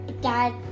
dad